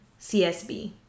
CSB